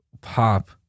Pop